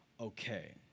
okay